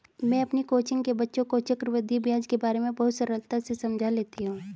मैं अपनी कोचिंग के बच्चों को चक्रवृद्धि ब्याज के बारे में बहुत सरलता से समझा लेती हूं